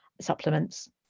supplements